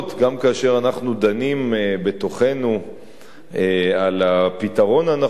גם כאשר אנחנו דנים בתוכנו על הפתרון הנכון,